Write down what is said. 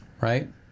right